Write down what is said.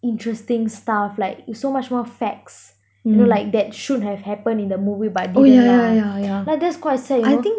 interesting stuff like it's so much more facts you know like that should have happened in the movie but didn't yeah that's quite sad you know